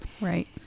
right